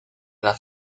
las